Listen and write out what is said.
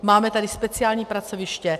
Máme tady speciální pracoviště.